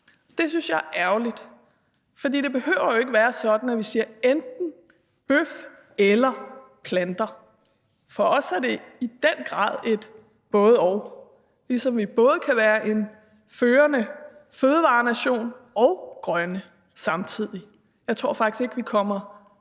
Det synes jeg er ærgerligt, fordi det behøver jo ikke være sådan, at man siger enten bøf eller planter. For os er det i den grad et både-og, ligesom vi både kan være en førende fødevarenation og grønne samtidig. Jeg tror faktisk ikke, vi kommer